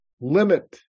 limit